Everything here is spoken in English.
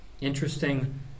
Interesting